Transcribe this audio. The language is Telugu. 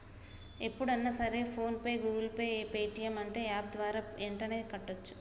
ఎప్పుడన్నా సరే PhonePe Google Pay Paytm అంటే యాప్ ద్వారా యెంటనే కట్టోచ్చు